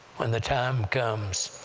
when the time comes,